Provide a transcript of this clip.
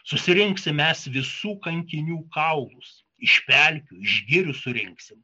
susirinksim mes visų kankinių kaulus iš pelkių iš girių surinksim